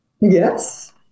Yes